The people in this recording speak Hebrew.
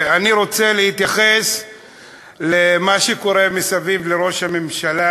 אני רוצה להתייחס למה שקורה מסביב לראש הממשלה,